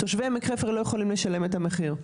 תושבי עמק חפר לא יכולים לשלם את המחיר.